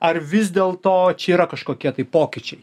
ar vis dėl to čia yra kažkokie tai pokyčiai